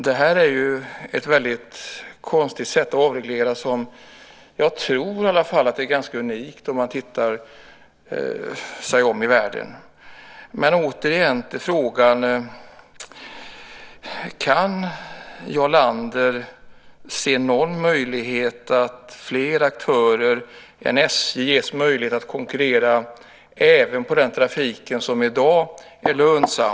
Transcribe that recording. Det är ett väldigt konstigt sätt att avreglera som jag tror är unikt, när man tittar sig om i världen. Kan Jarl Lander se att fler aktörer än SJ ges möjlighet att konkurrera även på den trafik som i dag är lönsam?